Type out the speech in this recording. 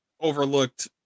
overlooked